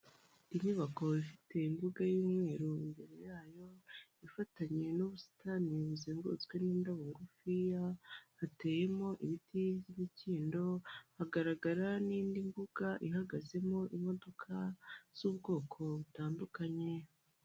Inyubako ifite imbuga y'umweru imbere yayo, ifatanye n'ubusitani buzengurutswe n'indabo ngufiya, hateyemo ibiti by'imikindo, hagaragara n'indi mbuga ihagazemo imodoka z'ubwoko butandukanye.